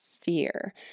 fear